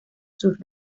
sus